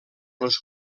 les